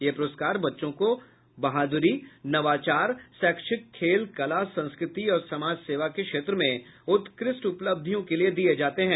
ये पुरस्कार बच्चों को बहादुरी नवाचार शैक्षिक खेल कला संस्कृति और समाज सेवा के क्षेत्र में उत्कृष्ट उपलब्धियों के लिए दिये जाते हैं